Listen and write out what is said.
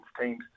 teams